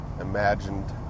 imagined